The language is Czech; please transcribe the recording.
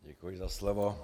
Děkuji za slovo.